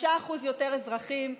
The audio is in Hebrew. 5% יותר אזרחים,